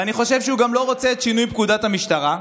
ואני חושב שהוא גם לא רוצה את שינוי פקודת המשטרה.